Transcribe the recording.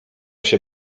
się